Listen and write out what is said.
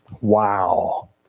Wow